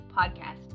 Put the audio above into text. Podcast